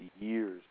years